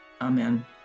Amen